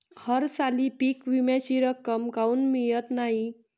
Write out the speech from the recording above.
हरसाली पीक विम्याची रक्कम काऊन मियत नाई?